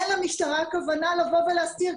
אין למשטרה כוונה לבוא ולהסתיר,